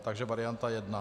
Takže varianta jedna.